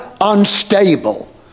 unstable